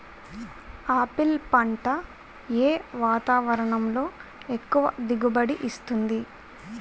Apple పంట ఏ వాతావరణంలో ఎక్కువ దిగుబడి ఇస్తుంది?